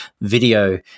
video